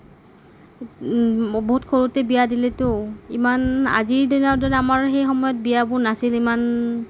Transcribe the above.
বহুত সৰুতে বিয়া দিলেতো ইমান আজিৰ দিনৰ দৰে আমাৰ সেইসময়ত বিয়াবোৰ নাছিল ইমান